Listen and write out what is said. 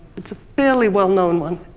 it's a fairly well known one.